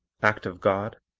act of god,